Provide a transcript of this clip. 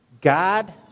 God